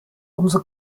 umso